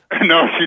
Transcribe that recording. No